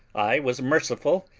i was merciful,